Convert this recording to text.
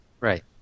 right